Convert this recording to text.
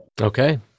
okay